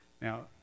Now